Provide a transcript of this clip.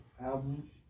album